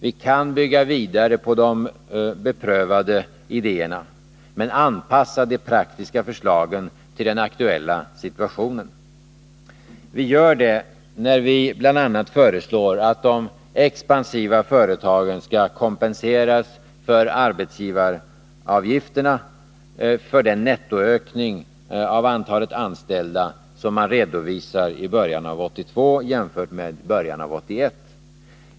Vi kan bygga vidare på de beprövade idéerna men anpassa de praktiska förslagen till den aktuella situationen. Vi gör det när vi bl.a. föreslår att de expansiva företagen skall kompenseras för arbetsgivaravgifterna för den nettoökning av antalet anställda som man redovisar i början av 1982 jämfört med början av 1981.